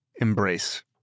embrace